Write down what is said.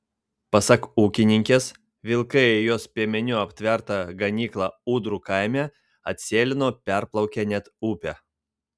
pasak ūkininkės vilkai į jos piemeniu aptvertą ganyklą ūdrų kaime atsėlino perplaukę net upę